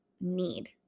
need